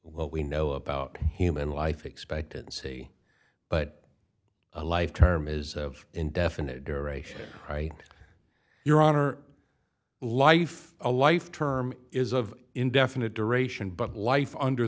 what we know about human life expectancy but a life term is of indefinite duration your honor life a life term is of indefinite duration but life under